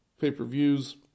pay-per-views